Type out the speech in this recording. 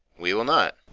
we will not.